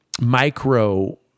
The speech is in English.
micro